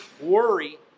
worry